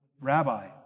Rabbi